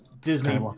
Disney